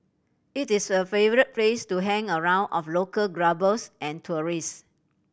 it is a favourite place to hang around of local clubbers and tourist